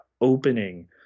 opening